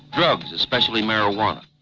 drugs, especially marijuana,